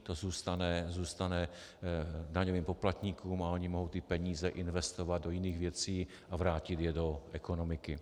To zůstane daňovým poplatníkům a oni mohou ty peníze investovat do jiných věcí a vrátit je do ekonomiky.